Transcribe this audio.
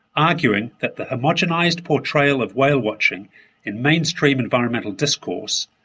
arguing that the, homogenized portrayal of whale-watching in mainstream environmental discourse,